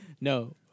No